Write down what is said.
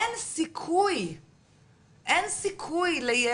אין סיכוי לילד,